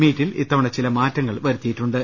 മീറ്റിൽ ഇത്തവണ ചില മാറ്റങ്ങൾ വരുത്തിയിട്ടുണ്ട്